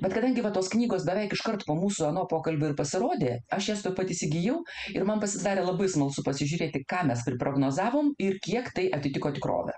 bet kadangi va tos knygos beveik iškart po mūsų ano pokalbio pasirodė aš jas tuoj pat įsigijau ir man pasidarė labai smalsu pasižiūrėti ką mes priprognozavom ir kiek tai atitiko tikrovę